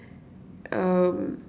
um